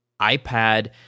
iPad